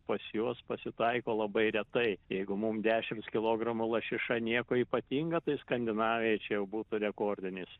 pas juos pasitaiko labai retai jeigu mum dešimts kilogramų lašiša nieko ypatinga tai skandinavijoj čia jau būtų rekordinis